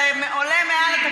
זה מעל התקנון.